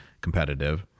competitive